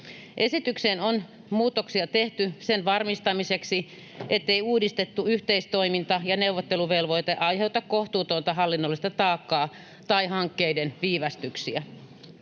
Esitykseen on tehty muutoksia sen varmistamiseksi, ettei uudistettu yhteistoiminta ja neuvotteluvelvoite aiheuta kohtuutonta hallinnollista taakkaa tai hankkeiden viivästyksiä.